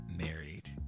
married